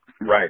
right